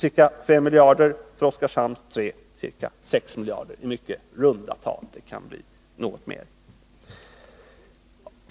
ca 5 miljarder kronor, för Oskarshamn 3 ca 6 miljarder kronor — i mycket runda tal, det kan bli något mer.